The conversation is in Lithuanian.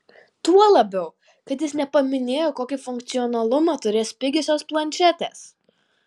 tuo labiau kad jis nepaminėjo kokį funkcionalumą turės pigiosios planšetės